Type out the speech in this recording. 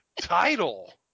title